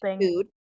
food